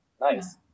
nice